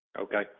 Okay